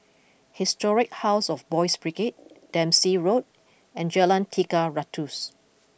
Historic House of Boys' Brigade Dempsey Road and Jalan Tiga Ratus